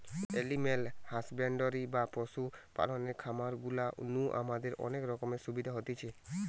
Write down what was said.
animal husbandry বা পশু পালনের খামার গুলা নু আমাদের অনেক রকমের সুবিধা হতিছে